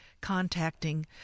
contacting